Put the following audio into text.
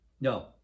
No